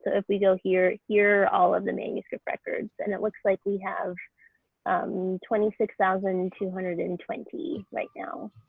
if we go here, here all of the manuscript records, and it looks like we have twenty six thousand and two hundred and twenty right now.